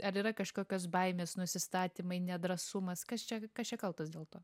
ar yra kažkokios baimės nusistatymai nedrąsumas kas čia kas čia kaltas dėl to